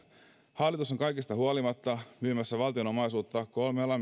hallitus on kaikesta huolimatta myymässä valtion omaisuutta kolmella